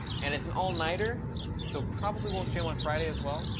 and it's an all nighter so probably won't stream on friday as well.